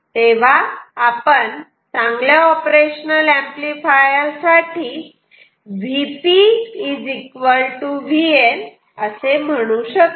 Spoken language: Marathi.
तेव्हा चांगल्या ऑपरेशनल ऍम्प्लिफायर साठी Vp Vn असते